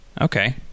Okay